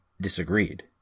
disagreed